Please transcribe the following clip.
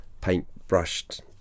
paint-brushed